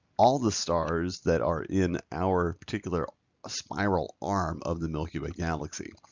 all the stars that are in our particular ah spiral arm of the milky way galaxy.